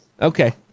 okay